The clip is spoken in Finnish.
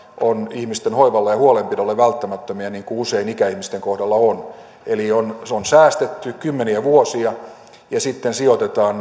ovat ihmisten hoivalle ja huolenpidolle välttämättömiä niin kuin usein ikäihmisten kohdalla on eli on säästetty kymmeniä vuosia ja sitten sijoitetaan